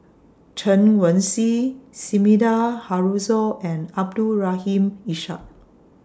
Chen Wen Hsi Sumida Haruzo and Abdul Rahim Ishak